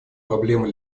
проблемы